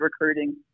recruiting